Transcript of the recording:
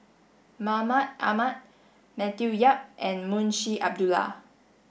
Mahmud Ahmad Matthew Yap and Munshi Abdullah